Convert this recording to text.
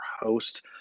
host